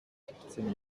siebzehn